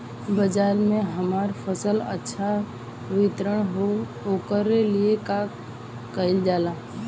बाजार में हमार फसल अच्छा वितरण हो ओकर लिए का कइलजाला?